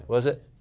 was it?